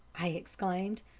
i exclaimed.